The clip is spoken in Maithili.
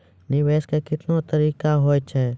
निवेश के कितने तरीका हैं?